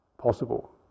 possible